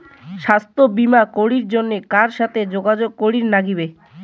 স্বাস্থ্য বিমা করির জন্যে কার সাথে যোগাযোগ করির নাগিবে?